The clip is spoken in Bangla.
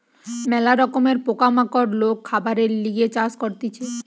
ম্যালা রকমের পোকা মাকড় লোক খাবারের লিগে চাষ করতিছে